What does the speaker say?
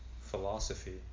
Philosophy